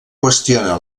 qüestiona